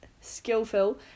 skillful